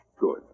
Good